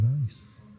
nice